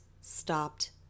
stopped